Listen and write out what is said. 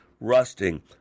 rusting